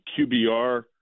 QBR